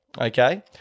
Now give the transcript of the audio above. Okay